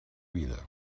vida